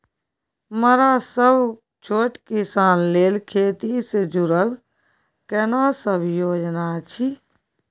मरा सब छोट किसान लेल खेती से जुरल केना सब योजना अछि?